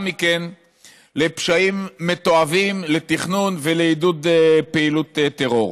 מכן לפשעים מתועבים לתכנון ולעידוד פעילות טרור.